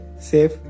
safe